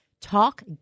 Talk